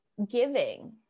giving